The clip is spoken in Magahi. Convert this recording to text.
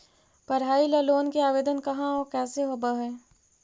पढाई ल लोन के आवेदन कहा औ कैसे होब है?